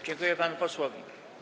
Dziękuję panu posłowi.